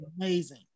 Amazing